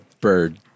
bird